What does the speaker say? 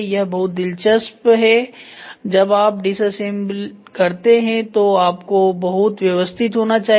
यहबहुत दिलचस्प है जब आप डिसअसेंबल करते हैं तो आपको बहुत व्यवस्थित होना चाहिए